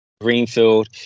Greenfield